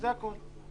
זה הכול.